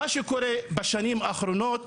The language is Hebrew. מה שקורה בשנים האחרונות,